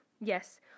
yes